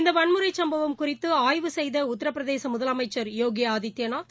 இந்த வன்முறைச் சும்பவம் குறித்து ஆய்வு செய்த உத்திரபிரதேச முதலமைச்சர் போகி ஆதித்யநாத்